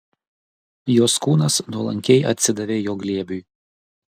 jos kūnas nuolankiai atsidavė jo glėbiui